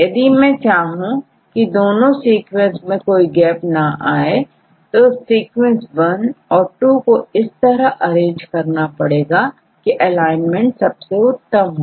यदि मैं यह चाहूं कि दोनों सीक्विंस में कोई गैप ना आए तो सीक्वेंस वन और टू को इस तरह अरेंज करना पड़ेगा की एलाइनमेंट सबसे उत्तम हो